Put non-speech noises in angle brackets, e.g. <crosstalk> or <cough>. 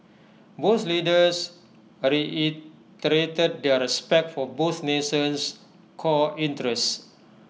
both leaders <hesitation> reiterated their respect for both nation's core interests